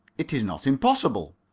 it is not impossible.